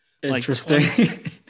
Interesting